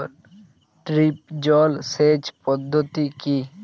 Drip জল সেচ পদ্ধতি কি?